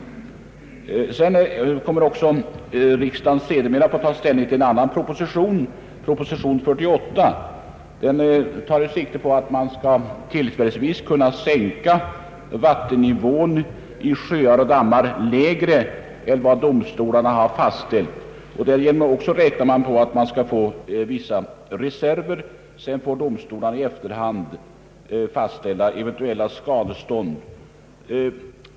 Riksdagen kommer också sedermera att få ta ställning till en annan proposition, nr 48, som går ut på att vattennivån i sjöar och dammar tillfälligt skall kunna sänkas under den gräns som domstolarna har fastställt. Därigenom räknar man med att få vissa reserver. Sedan får domstolarna i efterhand fastställa eventuella skadestånd.